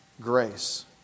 grace